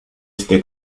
este